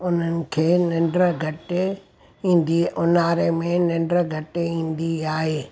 उन्हनि खे निंड घटि ईंदी ऊन्हारे में निंड घटि ईंदी आहे